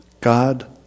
God